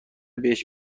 بهش